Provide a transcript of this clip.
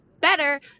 better